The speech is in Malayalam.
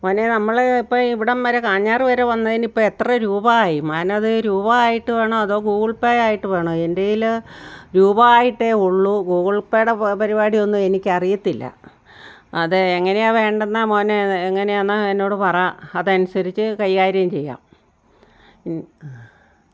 മോനെ നമ്മൾ ഇപ്പോൾ ഇവിടം വരെ കാഞ്ഞാറു വരെ വന്നതിനു ഇപ്പോൾ എത്ര രൂപ ആയി മോനത് രൂപ ആയിട്ട് വേണോ ഗൂഗിൾ പേ ആയിട്ട് വേണോ എന്റെയിൽ രൂപ ആയിട്ടേ ഉള്ളു ഗൂഗിൾ പേയുടെ പരിപാടി ഒന്നും എനിക്കറിയത്തില്ല അത് എങ്ങനാണ് വേണ്ടതെന്ന് മോൻ എങ്ങനെയെന്ന് എന്നോട് പറയ് അതനുസരിച്ചു കൈകാര്യം ചെയ്യാം